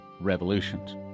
revolutions